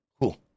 Cool